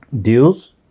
Deals